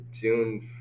June